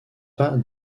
pas